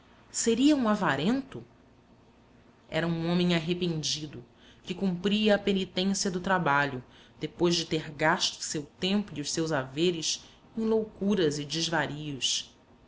seria um avarento era um homem arrependido que cumpria a penitência do trabalho depois de ter gasto o seu tempo e os seus haveres em loucuras e desvarios